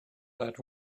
that